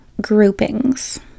groupings